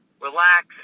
relax